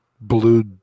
blue